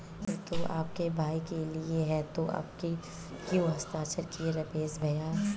कर तो आपके भाई ने लिया है तो आपने क्यों हस्ताक्षर किए रमेश भैया?